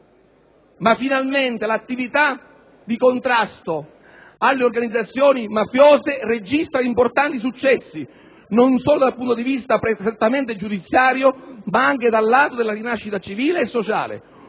Ma finalmente l'attività di contrasto alle organizzazioni mafiose registra importanti successi non solo dal punto di vista prettamente giudiziario ma anche dal lato della rinascita civile e sociale;